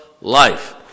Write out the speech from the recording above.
life